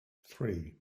three